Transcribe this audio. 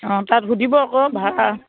অঁ তাত সুধিব আকৌ ভাড়া